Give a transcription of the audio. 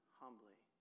humbly